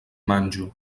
manĝu